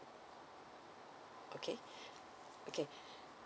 okay okay